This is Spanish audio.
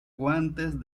guantes